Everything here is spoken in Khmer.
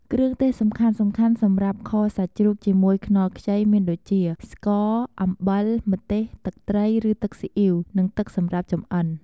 គ្រឿងទេសសំខាន់ៗសម្រាប់ខសាច់ជ្រូកជាមួយខ្នុរខ្ចីមានដូចជា ស្ករ អំបិល ម្ទេស ទឹកត្រី ឬទឹកស៊ីអ៉ីវ និង ទឹកសម្រាប់ចម្អិន។